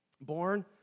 Born